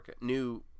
new